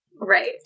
right